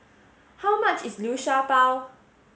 how much is Liu Sha Bao